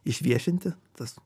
išviešinti tas